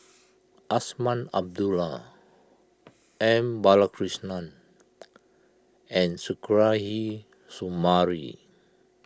Azman Abdullah M Balakrishnan and Suzairhe Sumari